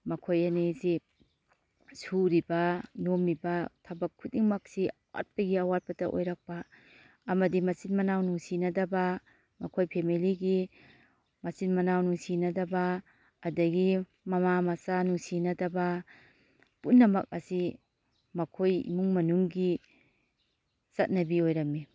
ꯃꯈꯣꯏ ꯑꯅꯤꯁꯤ ꯁꯨꯔꯤꯕ ꯅꯣꯝꯂꯤꯕ ꯊꯕꯛ ꯈꯨꯗꯤꯡꯃꯛꯁꯤ ꯑꯋꯥꯠꯄꯒꯤ ꯑꯋꯥꯠꯄꯇ ꯑꯣꯏꯔꯛꯄ ꯑꯃꯗꯤ ꯃꯆꯤꯟ ꯃꯅꯥꯎ ꯅꯨꯡꯁꯤꯅꯗꯕ ꯃꯈꯣꯏ ꯐꯦꯃꯦꯂꯤꯒꯤ ꯃꯆꯤꯟ ꯃꯅꯥꯎ ꯅꯨꯡꯁꯤꯅꯗꯕ ꯑꯗꯒꯤ ꯃꯃꯥ ꯃꯆꯥ ꯅꯨꯡꯁꯤꯅꯗꯕ ꯄꯨꯝꯅꯃꯛ ꯑꯁꯤ ꯃꯈꯣꯏ ꯏꯃꯨꯡ ꯃꯅꯨꯡꯒꯤ ꯆꯠꯅꯕꯤ ꯑꯣꯏꯔꯝꯏ